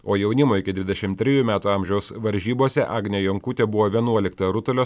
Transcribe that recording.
o jaunimo iki dvidešimt trijų metų amžiaus varžybose agnė jonkutė buvo vienuolikta rutulio